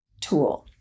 tool